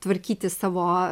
tvarkyti savo